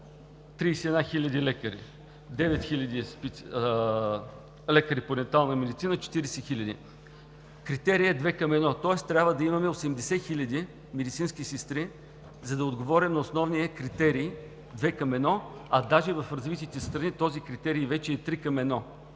31 хиляди лекари, 9 хиляди лекари по дентална медицина – 40 хиляди, критерият е две към едно. Тоест трябва да имаме 80 хиляди медицински сестри, за да отговорим на основния критерий две към едно. Даже и в развитите страни този критерий вече е три към